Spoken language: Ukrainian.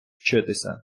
вчитися